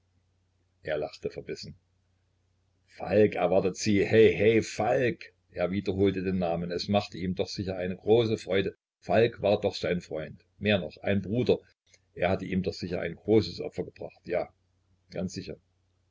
er lachte verbissen falk erwartet sie heh heh falk er wiederholte den namen es machte ihm doch sicher eine große freude falk war doch sein freund mehr noch ein bruder er hatte ihm doch sicher ein großes opfer gebracht ja ganz sicher